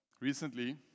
recently